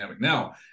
Now